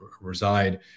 reside